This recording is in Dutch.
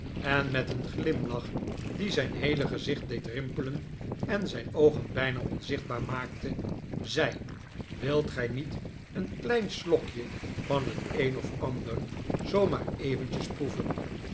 en met een glimlach die zijn heele gezicht deed rimpelen en zijn oogen bijna onzichtbaar maakte zei wilt gij niet een klein slokje van het een of ander zoo maar eventjes proeven